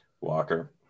Walker